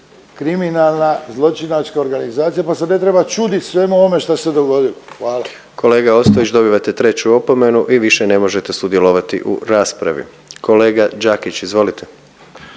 kriminalna zločinačka organizacija pa se ne treba čudit svemu ovome šta se dogodilo. Hvala. **Jandroković, Gordan (HDZ)** Kolega Ostojić dobivate treću opomenu i više ne možete sudjelovati u raspravi. Kolega Đakić izvolite.